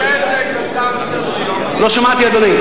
הצעה לסדר-היום, לא שמעתי, אדוני.